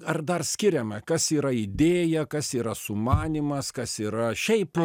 ar dar skiriame kas yra idėja kas yra sumanymas kas yra šiaip